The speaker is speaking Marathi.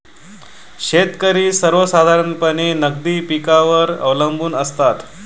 शेतकरी सर्वसाधारणपणे नगदी पिकांवर अवलंबून असतात